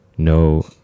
No